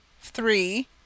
three